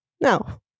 no